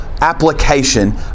application